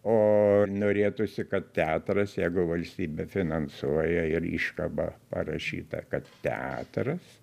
o norėtųsi kad teatras jeigu valstybė finansuoja ir iškaba parašyta kad teatras